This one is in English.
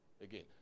again